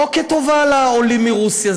לא כטובה לעולים מרוסיה,